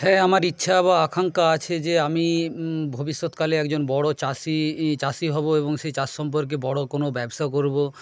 হ্যাঁ আমার ইচ্ছা বা আকাঙ্ক্ষা আছে যে আমি ভবিষ্যৎকালে একজন বড়ো চাষি চাষি হব এবং সেই চাষ সম্পর্কে বড়ো কোনো ব্যবসা করবো